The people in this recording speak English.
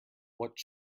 what